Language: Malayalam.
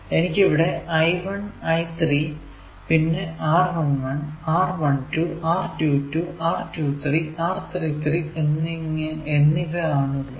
എനിക്കിവിടെ I1 I3 പിന്നെ R11 R12 R22 R23 R33 എന്നിവ ആണുള്ളത്